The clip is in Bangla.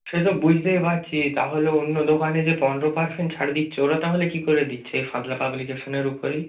সে তো বুঝতেই পারছি তাহলে অন্য দোকানে যে পনেরো পার্সেন্ট ছাড় দিচ্ছে ওরা তাহলে কী করে দিচ্ছে এই সাঁতরা পাবলিকেশনের ওপরেই